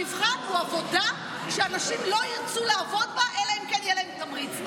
המבחן הוא עבודה שאנשים לא ירצו לעבוד בה אלא אם כן יהיה להם תמריץ.